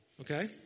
okay